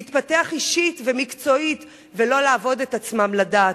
להתפתח אישית ומקצועית ולא לעבוד את עצמם לדעת,